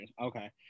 Okay